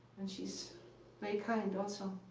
and she's very kind also.